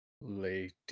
lady